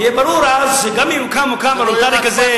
יהיה ברור אז שגם אם יוקם מאגר וולונטרי כזה,